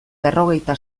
berrogeita